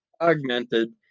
augmented